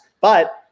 but-